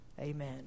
amen